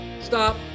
stop